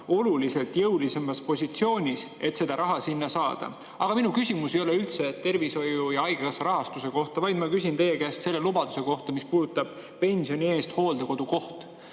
oluliselt jõulisemal positsioonil, et seda raha sinna saada. Aga minu küsimus ei ole üldse tervishoiu ega haigekassa rahastuse kohta, vaid ma küsin teie käest selle lubaduse kohta, mis puudutab pensioni eest hooldekodukohta.